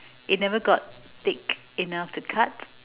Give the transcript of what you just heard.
it never got thick enough to cut